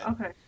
Okay